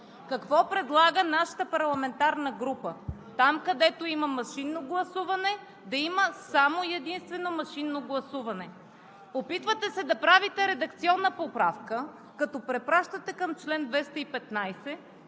Какво предлага нашата парламентарна група? Там, където има машинно гласуване, да има само и единствено машинно гласуване. Опитвате се да правите редакционна поправка, като препращате към чл. 215,